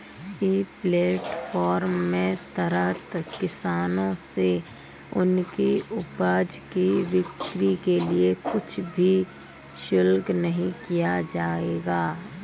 ई platform के तहत किसानों से उनकी उपज की बिक्री के लिए कुछ भी शुल्क नहीं लिया जाएगा